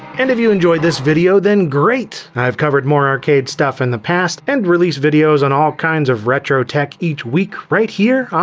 and if you enjoyed this video then great! i've covered more arcade stuff in the past, and release videos on all kinds of retro tech each week right here on